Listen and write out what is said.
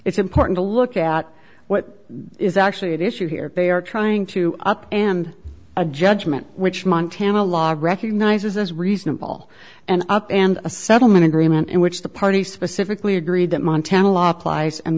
it's important to look at what is actually at issue here they are trying to up and a judgment which montana law recognizes as reasonable and up and a settlement agreement in which the parties specifically agreed that montana law applies and